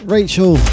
Rachel